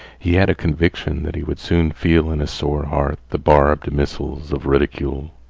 he had a conviction that he would soon feel in his sore heart the barbed missiles of ridicule.